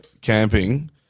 camping